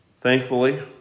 Thankfully